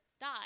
died